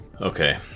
okay